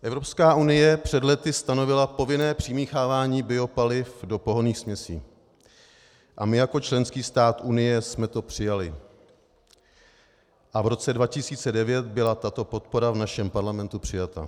Evropská unie před lety stanovila povinné přimíchávání biopaliv do pohonných směsí a my jako členský stát Unie jsme to přijali a v roce 2009 byla tato podpora v našem parlamentu přijata.